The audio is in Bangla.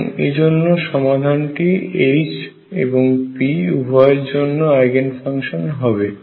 এবং এজন্য সমাধানটি H এবং p উভয়ের জন্য আইগেন ফাংশন হবে